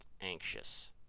anxious